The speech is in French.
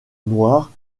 noire